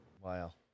Wow